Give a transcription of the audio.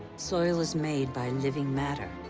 soil is made by living matter.